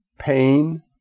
Pain